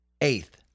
eighth